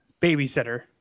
Babysitter